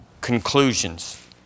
conclusions